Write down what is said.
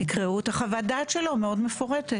תקראו את חוות הדעת שלו, מאוד מפורטת.